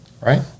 Right